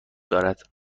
دارد